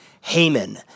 Haman